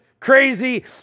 crazy